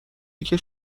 دیگه